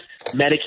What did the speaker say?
Medicaid